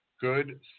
Good